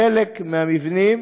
חלק מהמבנים